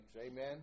amen